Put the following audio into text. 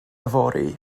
yfory